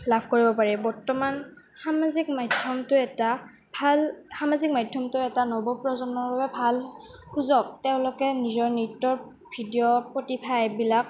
লাভ কৰিব পাৰি বৰ্তমান সামাজিক মাধ্যমটো এটা ভাল সামাজিক মাধ্যমটো এটা নৱপ্ৰজন্মৰ বাবে ভাল সুযোগ তেওঁলোকে নিজৰ নৃত্যৰ ভিডিঅ' প্ৰতিভা এইবিলাক